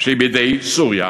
שבידי סוריה,